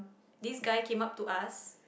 this guy came up to us